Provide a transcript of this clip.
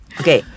okay